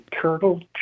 turtle